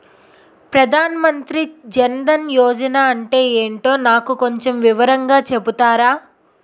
ప్రధాన్ మంత్రి జన్ దన్ యోజన అంటే ఏంటో నాకు కొంచెం వివరంగా చెపుతారా?